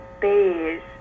beige